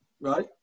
Right